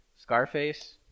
Scarface